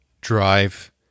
drive